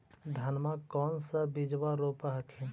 धनमा कौन सा बिजबा रोप हखिन?